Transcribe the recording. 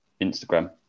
Instagram